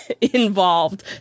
involved